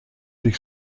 sich